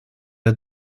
der